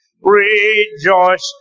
rejoice